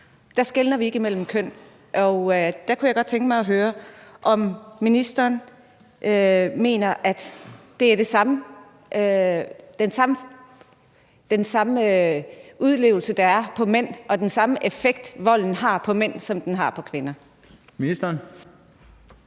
– skelner vi ikke mellem kønnene. Der kunne jeg godt tænke mig at høre, om ministeren mener, om det er den samme oplevelse, der er for mænd, og om volden har den samme effekt på mænd, som den har på kvinder? Kl.